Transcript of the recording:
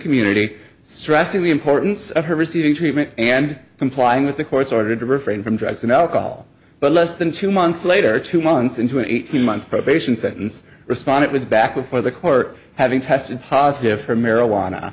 community stressing the importance of her receiving treatment and complying with the court's order to refrain from drugs and alcohol but less than two months later two months into an eighteen month probation sentence respond it was back with her the court having tested positive for marijuana